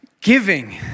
giving